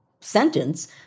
sentence